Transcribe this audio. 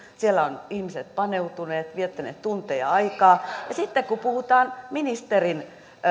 siellä ovat ihmiset paneutuneet viettäneet tunteja aikaa ja sitten kun puhutaan ministerin